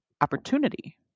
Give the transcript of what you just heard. opportunity